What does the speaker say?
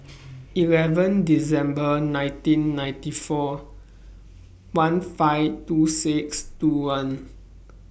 eleven December nineteen ninety four one five two six two one